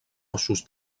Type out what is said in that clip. ossos